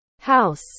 house